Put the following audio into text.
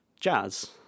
jazz